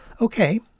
Okay